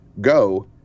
go